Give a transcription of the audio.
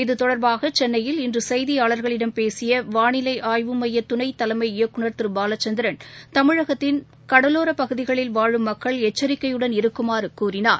இத்தொடர்பாகசென்ளையில் இன்றுசெய்தியாளர்களிடம் பேசியவாளிலைஆய்வு மையதுணைத்தலைமை இயக்குனர் திருபாலச்சந்திரன் தமிழகத்தின் வடகடலோரபகுதிகளில் வாழும் மக்கள் எச்சரிக்கையுடன் இருக்குமாறுகூறினார்